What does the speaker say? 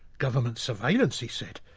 government surveillance, he said.